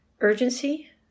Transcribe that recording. urgency